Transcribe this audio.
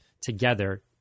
together